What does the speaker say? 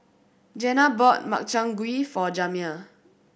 Jana bought Makchang Gui for Jamya